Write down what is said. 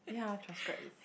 ya transcribe is